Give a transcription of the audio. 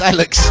Alex